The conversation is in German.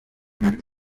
man